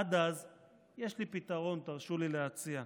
עד אז יש לי פתרון, תרשו לי להציע.